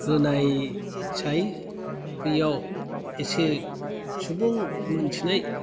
होनायसाय बैयाव एसे सुबुं मोन्थिनाय